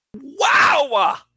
Wow